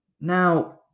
Now